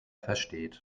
versteht